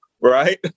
Right